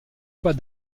pas